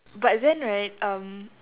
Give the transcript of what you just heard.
but then right um